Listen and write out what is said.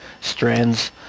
strands